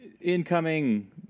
incoming